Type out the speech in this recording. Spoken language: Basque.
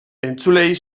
entzuleei